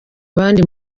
abandi